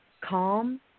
calm